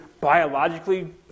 biologically